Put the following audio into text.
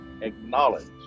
acknowledge